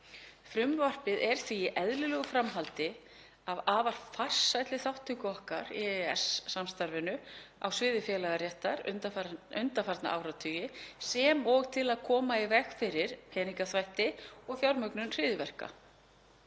Frumvarpið er eðlilegt framhald af afar farsælli þátttöku okkar í EES-samstarfinu á sviði félagaréttar undanfarna áratugi sem og til að koma í veg fyrir peningaþvætti og fjármögnun hryðjuverka.